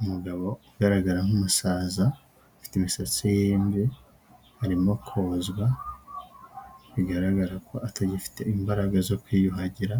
Umugabo ugaragara nk'umusaza ufite imisatsi y'imvi arimo kozwa bigaragara ko atagifite imbaraga zo kwiyuhagira